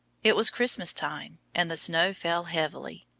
it was christmas time, and the snow fell heavily.